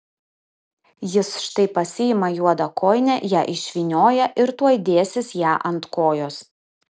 jis štai pasiima juodą kojinę ją išvynioja ir tuoj dėsis ją ant kojos